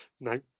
no